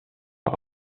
par